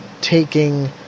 taking